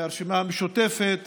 הרשימה המשותפת